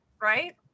Right